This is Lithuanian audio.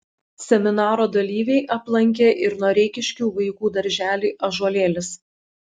seminaro dalyviai aplankė ir noreikiškių vaikų darželį ąžuolėlis